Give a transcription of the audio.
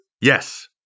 Yes